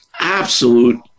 absolute